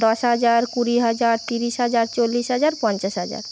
দশ হাজার কুড়ি হাজার তিরিশ হাজার চল্লিশ হাজার পঞ্চাশ হাজার